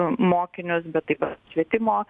mokinius bet taip pat švietimo